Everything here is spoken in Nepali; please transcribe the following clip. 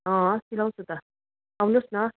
अँ सिलाउँछु त आउनुहोस् न